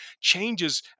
changes